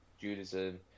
Judaism